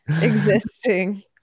existing